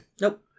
Nope